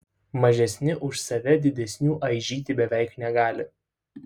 mažesni už save didesnių aižyti beveik negali